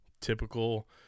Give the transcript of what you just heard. typical